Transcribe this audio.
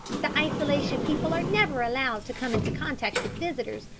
the isolation people are never allowed to come into contact with visitors,